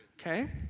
Okay